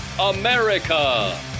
America